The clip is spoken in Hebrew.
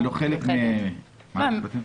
זה לא חלק ממה שצריכים?